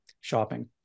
shopping